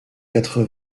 quatre